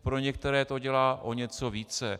Pro některé to dělá o něco více.